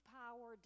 power